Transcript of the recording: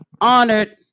Honored